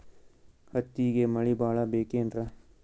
ಹತ್ತಿಗೆ ಮಳಿ ಭಾಳ ಬೇಕೆನ್ರ?